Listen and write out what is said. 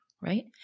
right